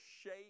shape